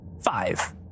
Five